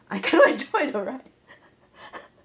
I can't enjoy the ride